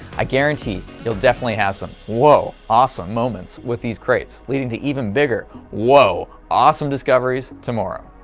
i guarantee you'll definitely have some whoa awesome moments with these crates leading to even bigger whoa awesome discoveries tomorrow.